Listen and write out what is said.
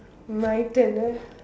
my turn ah